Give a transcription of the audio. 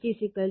H Fm l